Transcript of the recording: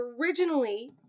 originally